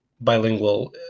bilingual